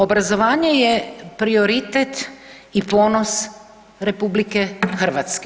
Obrazovanje je prioritet i ponos RH.